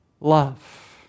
love